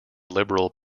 liberal